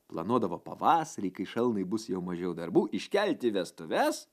planuodavo pavasarį kai šalnai bus jau mažiau darbų iškelti vestuves